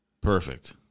Perfect